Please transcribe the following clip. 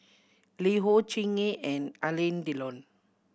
LiHo Chingay and Alain Delon